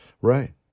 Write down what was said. Right